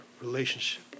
relationship